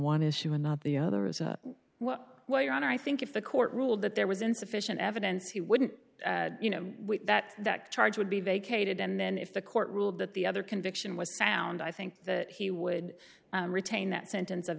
one issue and not the other as well while your honor i think if the court ruled that there was insufficient evidence he wouldn't you know that that charge would be vacated and then if the court ruled that the other conviction was sound i think that he would retain that sentence of